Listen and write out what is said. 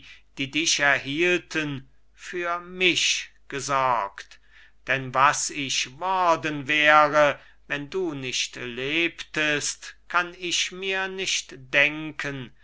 die dich erhielten für mich gesorgt denn was ich worden wäre wenn du nicht lebtest kann ich mir nicht denken